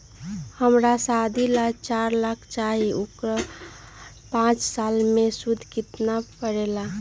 हमरा शादी ला चार लाख चाहि उकर पाँच साल मे सूद कितना परेला?